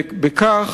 ובכך